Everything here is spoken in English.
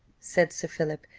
said sir philip,